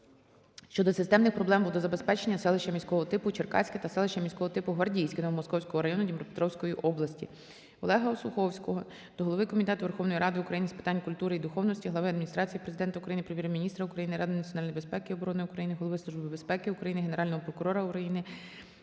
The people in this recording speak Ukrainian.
щодо системних проблем водозабезпечення селища міського типу Черкаське та селища міського типу Гвардійське Новомосковського району Дніпропетровської області. Олега Осуховського до Голови Комітету Верховної Ради України з питань культури і духовності, Глави Адміністрації Президента України, Прем'єр-міністра України, Ради національної безпеки і оборони України, Голови Служби безпеки України, Генерального прокурора України